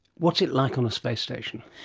what's it like on a space station?